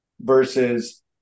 Versus